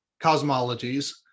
cosmologies